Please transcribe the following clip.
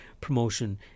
promotion